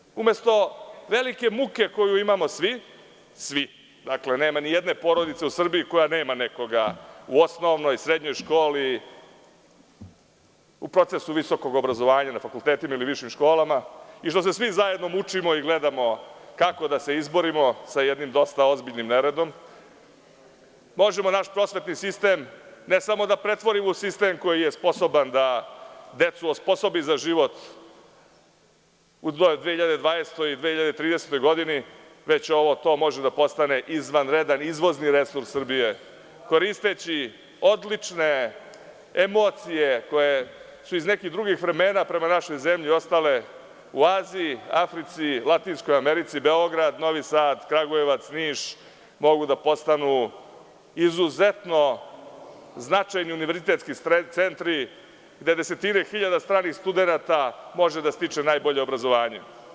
Prosveta, umesto velike muke koju imamo svi, jer nema nijedne porodice u Srbiji koja nema nekoga u osnovnoj, srednjoj školi, u procesu visokog obrazovanja na fakultetu ili višim školama, i što se svi zajedno mučimo i gledamo kako da se izborimo sa jednim dosta ozbiljnim neredom, možemo naš prosvetni sistem ne samo da pretvorimo u sistem koji je sposoban da decu osposobi za život u 2012. i 2013. godini, već to može da postane izvanredan izvozni resurs Srbije, koristeći odlične emocije koje su iz nekih drugih vremena prema našoj zemlji ostale u Aziji, Africi, Latinskoj Americi – Beograd, Novi Sad, Niš, mogu da postanu izuzetno značajni univerzitetski centri gde desetine hiljada studenata mogu da stiču najbolje obrazovanje.